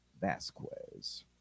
Vasquez